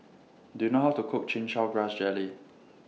Do YOU know How to Cook Chin Chow Grass Jelly